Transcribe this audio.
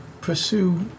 Pursue